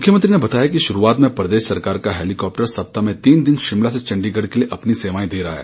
मुख्यमंत्री ने बताया कि शुरुआत में प्रदेश सरकार का हेलीकाप्टर सप्ताह में तीन दिन शिमला से चण्डीगढ़ के लिए अपनी सेवाएं दे रहा है